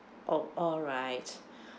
oh alright